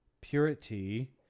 purity